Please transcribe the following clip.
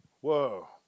Whoa